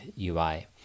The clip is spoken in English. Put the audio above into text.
UI